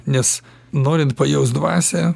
nes norint pajaust dvasią